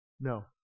No